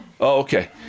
okay